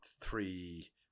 three